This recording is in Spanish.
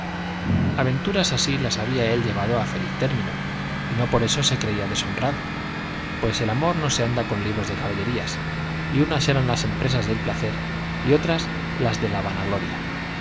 aventuras así las había él llevado a feliz término y no por eso se creía deshonrado pues el amor no se anda con libros de caballerías y unas eran las empresas del placer y otras las de la